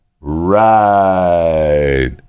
Right